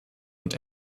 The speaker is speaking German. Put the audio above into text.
und